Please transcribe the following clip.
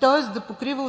тоест да покрива